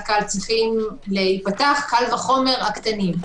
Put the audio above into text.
קהל צריכים להיפתח - קל וחומר הקטנים.